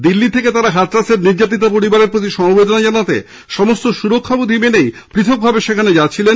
দিল্লি থেকে তারা হাথরাসের নির্যাতিতা পরিবারের প্রতি সমবেদনা জানাতে সমস্ত সুরক্ষাবিধি মেনে পথকভাবেই সেখানে যাচ্ছিলেন